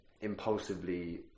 impulsively